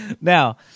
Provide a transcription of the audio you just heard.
Now